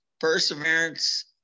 perseverance